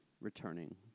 returning